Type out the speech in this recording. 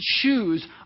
choose